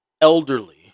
elderly